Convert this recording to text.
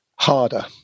Harder